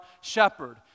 shepherd